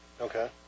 Okay